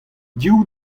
div